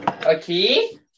Okay